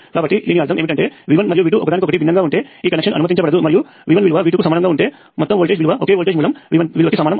కాబట్టి దీని అర్థం ఏమిటంటే V1 మరియు V2 ఒకదానికొకటి భిన్నంగా ఉంటే ఈ కనెక్షన్ అనుమతించబడదు మరియు V1 విలువ V2 కు సమానంగా ఉంటే మొత్తం వోల్టేజ్ విలువ ఒకే వోల్టేజ్ మూలము V1 విలువకి సమానం